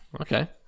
Okay